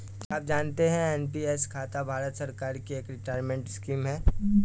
क्या आप जानते है एन.पी.एस खाता भारत सरकार की एक रिटायरमेंट स्कीम है?